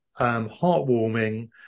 heartwarming